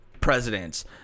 presidents